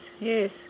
yes